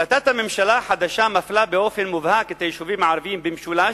החלטת הממשלה החדשה מפלה באופן מובהק את היישובים הערביים במשולש.